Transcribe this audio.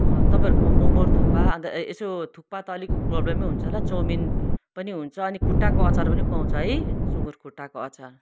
तपाईँहरूको मोमो थुक्पा अन्त यसो थुक्पा त अलिक प्रोब्लमै हुन्छ होला चाउमिन पनि हुन्छ अनि खुट्टाको अचार पनि पाउँछ है सुँगुर खुट्टाको अचार